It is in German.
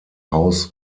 haus